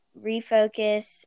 refocus